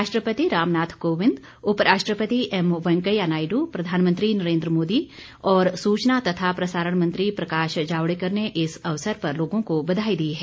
राष्ट्रपति रामनाथ कोविंद उप राष्ट्रपति एम वेंकैया नायडू प्रधानमंत्री नरेन्द मोदी और सूचना तथा प्रसारण मंत्री प्रकाश जावडेकर ने इस अवसर पर लोगों को बधाई दी है